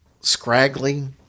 scraggly